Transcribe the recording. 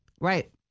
Right